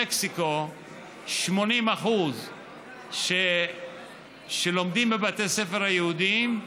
במקסיקו 80% לומדים בבתי הספר היהודיים,